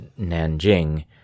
Nanjing